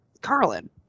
carlin